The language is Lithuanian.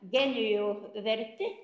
genijų verti